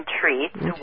treats